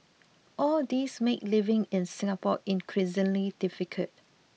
all these made living in Singapore increasingly difficult